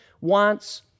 wants